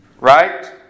right